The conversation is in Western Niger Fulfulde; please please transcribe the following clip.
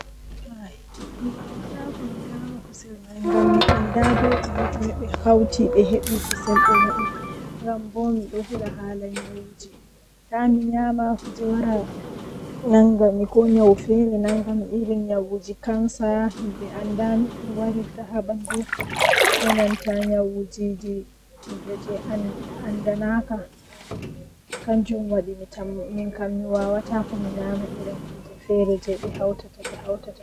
Mi naftiran be derewol jei be wadi haa nder nobe hawrirta dummi tokka be hakkilo-hakkilo mi laara no be hawrirta dum nden minbo mi hawra jei am.